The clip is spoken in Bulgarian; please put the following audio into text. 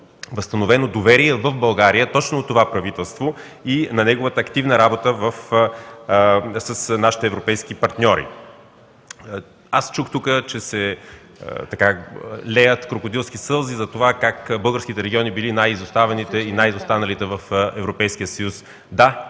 възстановено доверие в България точно от това правителство, и на неговата активна работа с нашите европейски партньори. Аз чух тук, че се леят крокодилски сълзи затова как българските региони били най-изоставените и най-изостаналите в Европейския съюз. Да,